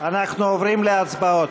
אנחנו עוברים להצבעות.